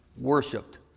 worshipped